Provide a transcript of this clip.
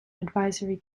advisory